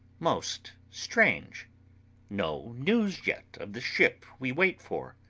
most strange no news yet of the ship we wait for.